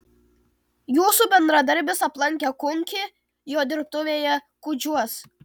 jūsų bendradarbis aplankė kunkį jo dirbtuvėje kužiuos